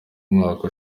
umwaka